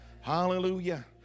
hallelujah